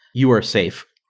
you are safe.